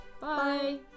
Bye